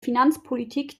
finanzpolitik